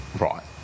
Right